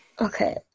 okay